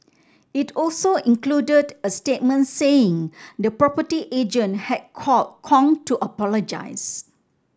it also included a statement saying the property agent had called Kong to apologise